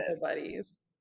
buddies